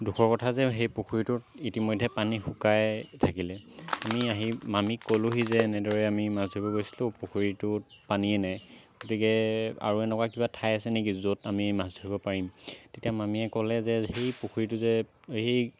দুখৰ কথা যে সেই পুখুৰীটোত ইতিমধ্যে পানী শুকাই থাকিলে আমি আহি মামীক ক'লোহি যে এনেদৰে আমি মাছ ধৰিব গৈছিলো পুখুৰীটোত পানীয়ে নাই গতিকে আৰু এনেকুৱা কিবা ঠাই আছে নেকি য'ত আমি মাছ ধৰিব পাৰিম তেতিয়া মামীয়ে ক'লে যে সেই পুখুৰীটো যে সেই